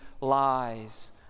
lies